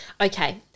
okay